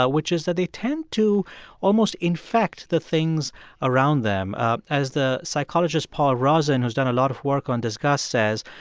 ah which is that they tend to almost infect the things around them. um as the psychologist paul rozin, who's done a lot of work on disgust, says,